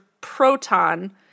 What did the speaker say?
proton